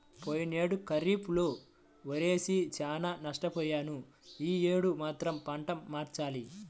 పోయినేడు ఖరీఫ్ లో వరేసి చానా నష్టపొయ్యాను యీ యేడు మాత్రం పంట మార్చాలి